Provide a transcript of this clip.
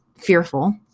fearful